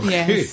Yes